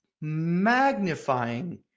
magnifying